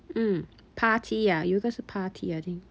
mm Partea ah 有一个是 Partea I think